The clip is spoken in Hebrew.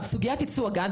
סוגיית ייצוא הגז,